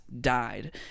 died